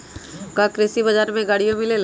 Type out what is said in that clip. का कृषि बजार में गड़ियो मिलेला?